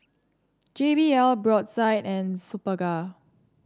J B L Brotzeit and Superga